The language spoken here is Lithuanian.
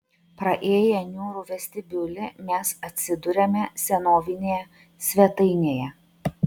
praėję niūrų vestibiulį mes atsiduriame senovinėje svetainėje